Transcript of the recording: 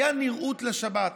הייתה נראות לשבת,